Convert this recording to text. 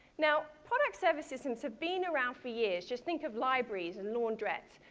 now products-service systems have been around for years. just think of libraries and laundrettes.